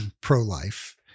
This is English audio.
pro-life